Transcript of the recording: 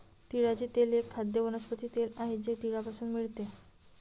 तिळाचे तेल एक खाद्य वनस्पती तेल आहे जे तिळापासून मिळते